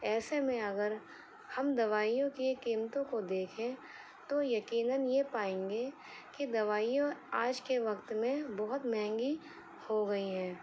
ایسے میں اگر ہم دوائیوں کی قیمتوں کو دیکھیں تو یقیناً یہ پائیں گے کہ دوائیاں آج کے وقت میں بہت مہنگی ہو گئیں ہیں